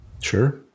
sure